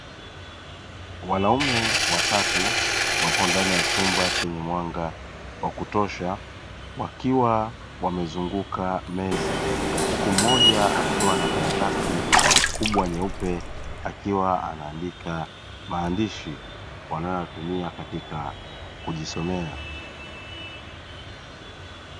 Wanaume watatu wapo ndani ya chumba chenye mwanga wa kutosha, wakiwa wamezunguka meza, huku mmoja akiwa na karatasi kubwa nyeupe akiwa anaandika maandishi wanayoyatumia katika kujisomea.